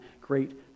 great